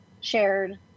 shared